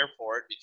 airport